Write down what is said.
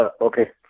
Okay